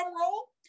roll